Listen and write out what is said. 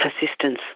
Persistence